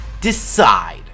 decide